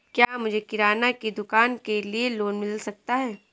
क्या मुझे किराना की दुकान के लिए लोंन मिल सकता है?